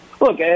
look